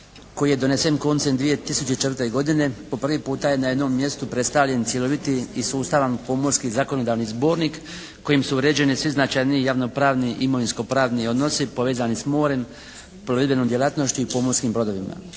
koji je donesen koncem 2004. godine po prvi puta je na jednom mjestu predstavljen cjeloviti i sustavan Pomorski zakonodavni zbornik kojim su uređene svi značajniji javno-pravni imovinsko-pravni odnosi povezani s morem, plovidbenom djelatnošću i pomorskim brodovima.